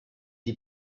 die